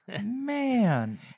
Man